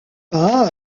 pas